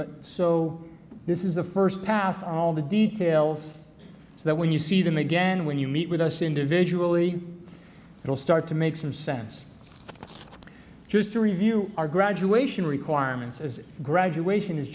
but so this is the first pass on all the details so that when you see them again when you meet with us individually it will start to make some sense just to review our graduation requirements as graduation is